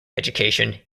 education